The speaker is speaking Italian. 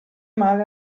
male